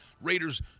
Raiders